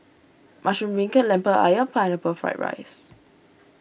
Mushroom Beancurd Lemper Ayam and Pineapple Fried Rice